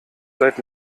seit